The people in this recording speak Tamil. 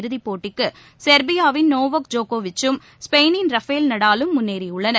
இறதிப் போட்டிக்கு செர்பியாவின் நோவோக் ஜோக்கோவிச்சும் ஸ்பெயினின் ரஃபேல் நடாலும் முன்னேறியுள்ளனர்